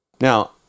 Now